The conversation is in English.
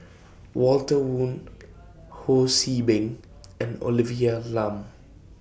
Walter Woon Ho See Beng and Olivia Lum